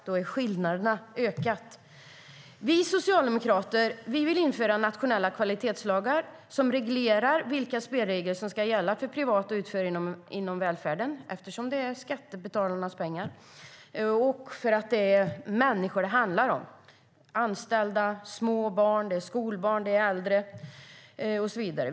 Då har skillnaderna ökat. Vi socialdemokrater vill införa nationella kvalitetslagar som reglerar vilka spelregler som ska gälla för privata utförare inom välfärden, eftersom det är skattebetalarnas pengar och det handlar om människor. Det är anställda, små barn, skolbarn, äldre och så vidare.